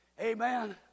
Amen